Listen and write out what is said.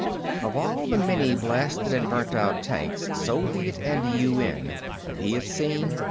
of all the many blasted and burned-out tanks, soviet and un, that he had seen,